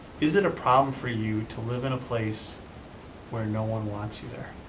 is it a problem for you to live in a place where no one wants you there?